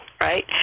right